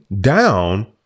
down